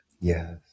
Yes